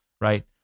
right